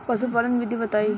पशुपालन विधि बताई?